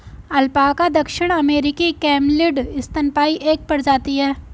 alpaca दक्षिण अमेरिकी camelid स्तनपायी की एक प्रजाति है